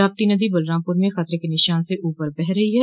राप्ती नदी बलरामपुर में खतरे के निशान स ऊपर बह रही है